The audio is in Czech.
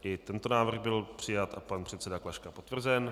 I tento návrh byl přijat a pan předseda Klaška potvrzen.